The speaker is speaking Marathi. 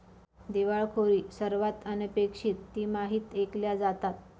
दिवाळखोरी सर्वात अनपेक्षित तिमाहीत ऐकल्या जातात